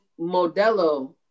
Modelo